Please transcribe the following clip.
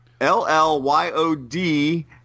L-L-Y-O-D